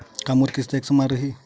का मोर किस्त ह एक समान रही?